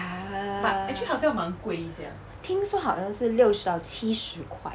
a'ah 听说好像是六十到七十块